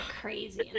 crazy